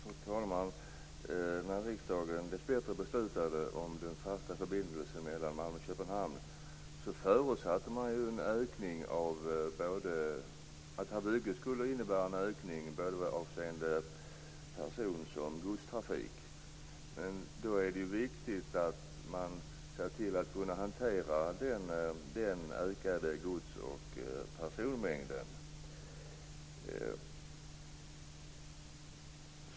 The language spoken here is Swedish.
Fru talman! När riksdagen dessvärre beslutade om den fasta förbindelsen mellan Malmö och Köpenhamn, förutsatte man att bygget skulle innebära en ökning av person och godstrafik. Då är det viktigt att se till att hantera den ökade gods och personmängden.